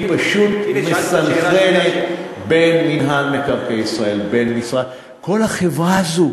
היא פשוט מסנכרנת בין מינהל מקרקעי ישראל כל החברה הזאת,